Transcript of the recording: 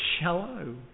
shallow